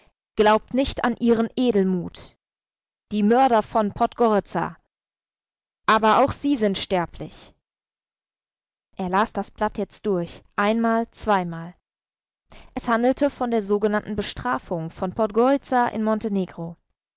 glaubt nicht an ihren edelmut die mörder von podgoritza aber auch sie sind sterblich er las das blatt jetzt durch einmal zweimal es handelte von der sogenannten bestrafung von podgoritza in